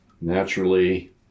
Naturally